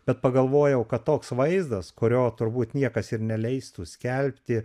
bet pagalvojau kad toks vaizdas kurio turbūt niekas ir neleistų skelbti